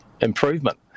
improvement